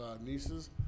nieces